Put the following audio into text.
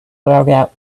throughout